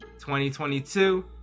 2022